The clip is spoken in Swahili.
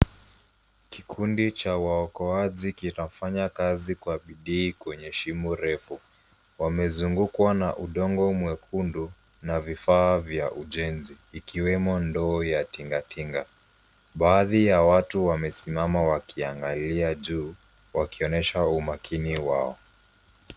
Kikundi cha waokoaji kinafanya kazi kwa bidii kwenye shimo refu. Wamezungukwa na udongo mwekundu na vifaa vya ujenzi ikiwemo ndoo ya tingatinga. Baadhi ya watu wamesimama wakiangalia juu wakionyesha umakini wao.